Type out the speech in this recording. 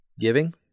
Giving